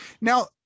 now